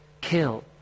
kill